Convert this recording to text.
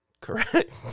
Correct